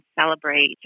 celebrate